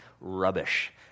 Rubbish